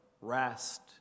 rest